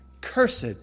Cursed